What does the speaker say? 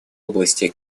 области